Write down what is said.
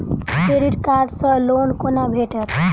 Credit card सँ loan कोना भेटत?